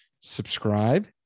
subscribe